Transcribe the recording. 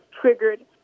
triggered